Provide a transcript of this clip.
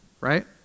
right